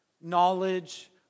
knowledge